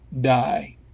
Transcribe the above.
die